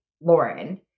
Lauren